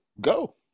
Go